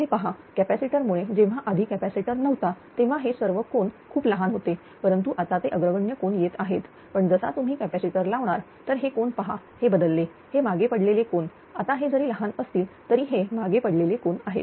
इथे पहा कॅपॅसिटर मुळे जेव्हा आधी कॅपॅसिटर नव्हता तेव्हा हे सर्व कोन खूप लहान होते परंतु आता ते अग्रगण्य कोण येत आहेत पण जसा तुम्ही कॅपॅसिटर लावणार हे कोन पहा हे बदलले हे मागे पडलेले कोन आता हे जरी लहान असतील तरी हे मागे पडलेले कोन आहेत